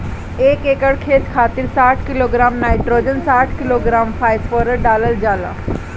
एक एकड़ खेत खातिर साठ किलोग्राम नाइट्रोजन साठ किलोग्राम फास्फोरस डालल जाला?